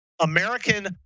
American